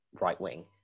right-wing